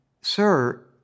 Sir